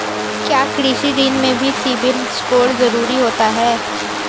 क्या कृषि ऋण में भी सिबिल स्कोर जरूरी होता है?